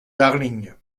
darling